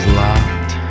locked